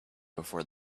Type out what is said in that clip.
before